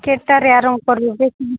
କେତଟାରେ ଆରମ୍ଭ କରିବ ଯେ